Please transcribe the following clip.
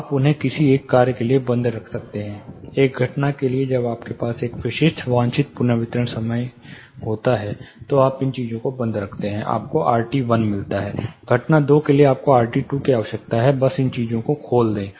आप उन्हें किसी एक कार्य के लिए बंद रख सकते हैं एक घटना के लिए जब आपके पास एक विशिष्ट वांछित पुनर्वितरण समय होता है तो आप इन चीजों को बंद रखते हैं आपको rt1 मिलता है घटना दो के लिए आपको rt2 की आवश्यकता है बस इन चीजों को खोलें